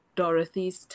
Dorothy's